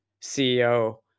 CEO